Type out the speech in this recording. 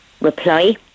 reply